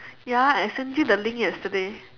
ya I sent you the link yesterday